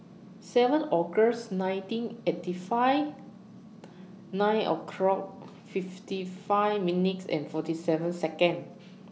seven August nineteen eighty five nine o'clock fifty five minutes and forty seven Seconds